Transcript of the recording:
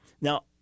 Now